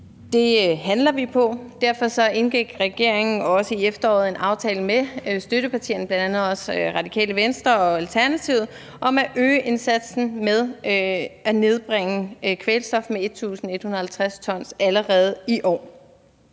Det handler vi på. Derfor indgik regeringen også i efteråret en aftale med støttepartierne, bl.a. også Radikale Venstre, og Alternativet, om at øge indsatsen for at nedbringe kvælstof med 1.150 t allerede i år.